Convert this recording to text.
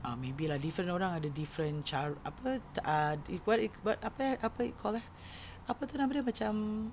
ah maybe lah different orang ada different car~ apa ah what what apa eh apa it called eh apa tu nama dia macam